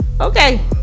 okay